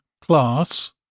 class